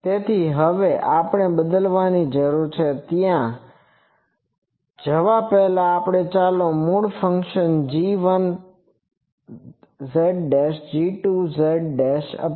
તેથી હવે આપણે બદલવાની જરૂર છે ત્યાં જવા પહેલાં ચાલો આપણે આ મૂળ ફંકશનો g1z g2z